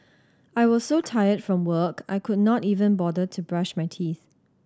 I was so tired from work I could not even bother to brush my teeth